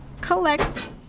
collect